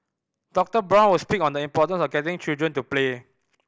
Doctor Brown will speak on the importance of getting children to play